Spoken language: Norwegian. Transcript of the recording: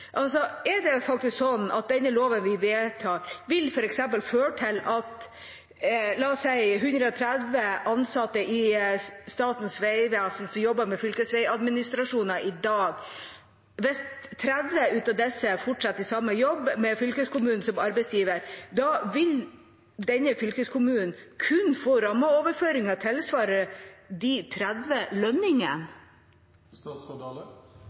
Er det faktisk sånn at loven vi vedtar, f.eks. vil føre til at hvis – la oss si – 30 av130 ansatte i Statens vegvesen som jobber med fylkesveiadministrasjon i dag, fortsetter i samme jobb, med fylkeskommunen som arbeidsgiver, vil fylkeskommunen kun få rammeoverføringer tilsvarende de 30 lønningene?